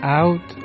out